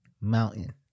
Mountain